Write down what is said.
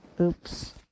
Oops